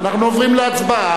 אנחנו עוברים להצבעה.